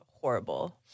horrible